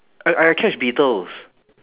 I I catch beetles